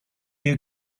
you